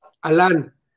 Alan